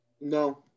No